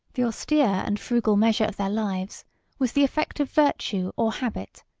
the austere and frugal measure of their lives was the effect of virtue or habit,